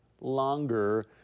longer